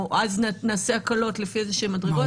או אז נעשה הקלות לפי איזה שהן מדרגות.